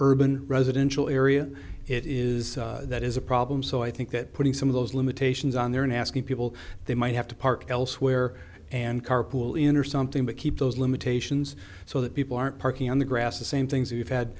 urban residential area it is that is a problem so i think that putting some of those limitations on there and asking people they might have to park elsewhere and carpool in or something to keep those limitations so that people aren't parking on the grass the same things